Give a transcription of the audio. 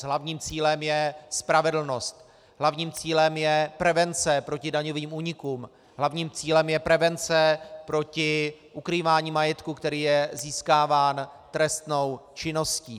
Hlavním cílem je spravedlnost, hlavním cílem je prevence proti daňovým únikům, hlavním cílem je prevence proti ukrývání majetku, který je získáván trestnou činností.